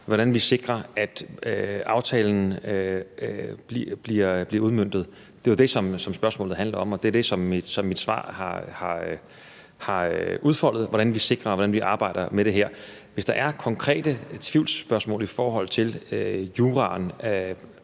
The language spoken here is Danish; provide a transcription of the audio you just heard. hvordan vi sikrer, at aftalen bliver udmøntet. Det er jo det, som spørgsmålet handler om, og det er det, som mit svar har udfoldet, altså hvordan vi sikrer det, og hvordan vi arbejder med det her. Hvis der er konkrete tvivlsspørgsmål i forhold til juraen på